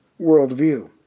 worldview